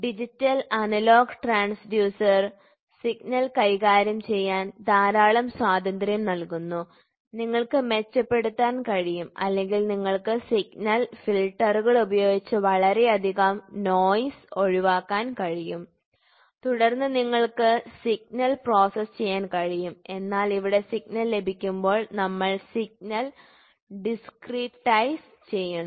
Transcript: digital analog transducer signal കൈകാര്യം ചെയ്യാൻ ധാരാളം സ്വാതന്ത്ര്യം നൽകുന്നു നിങ്ങൾക്ക് മെച്ചപ്പെടുത്താൻ കഴിയും അല്ലെങ്കിൽ നിങ്ങൾക്ക് സിഗ്നലിൽ ഫിൽട്ടറുകൾ ഉപയോഗിച്ചു വളരെയധികം നോയ്സ് ഒഴിവാക്കാൻ കഴിയും തുടർന്ന് നിങ്ങൾക്ക് സിഗ്നൽ പ്രോസസ്സ് ചെയ്യാൻ കഴിയും എന്നാൽ ഇവിടെ സിഗ്നൽ ലഭിക്കുമ്പോൾ നമ്മൾ സിഗ്നൽ ഡിസ്ക്രീടൈസ് ചെയ്യണം